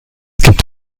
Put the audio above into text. gibt